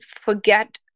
forget